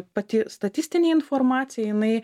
pati statistinė informacija jinai